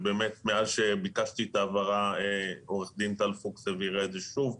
מאז שביקשתי את ההבהרה עורכת דין טל פוקס הבהירה את זה שוב.